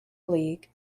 league